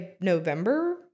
November